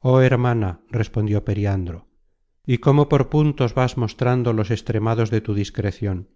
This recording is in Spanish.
oh hermana respondió periandro y cómo por puntos vas mostrando los extremados de tu discrecion